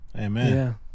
Amen